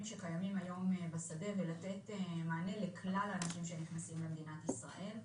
שקיימים היום בשדה ולתת מענה לכלל האנשים שנכנסים למדינת ישראל.